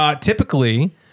Typically